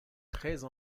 treize